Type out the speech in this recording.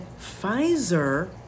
Pfizer